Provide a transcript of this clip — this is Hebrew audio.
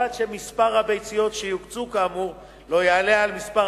ובלבד שמספר הביציות שיוקצו כאמור לא יעלה על מספר